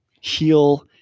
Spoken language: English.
heal